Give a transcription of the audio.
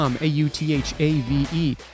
a-u-t-h-a-v-e